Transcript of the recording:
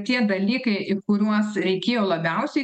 tie dalykai į kuriuos reikėjo labiausiai